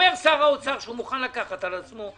אומר שר האוצר שהוא מוכן לקחת על עצמו.